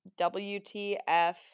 WTF